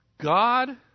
God